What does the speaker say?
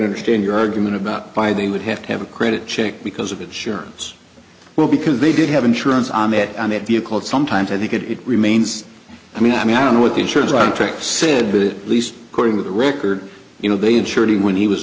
to stand your argument about why they would have to have a credit check because of insurance well because they did have insurance on it on that vehicle sometimes i think it remains i mean i mean i don't know what the insurance one trick said the least according to the record you know they insured when he was